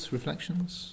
Reflections